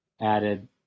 added